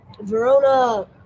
Verona